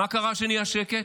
מה קרה שנהיה שקט?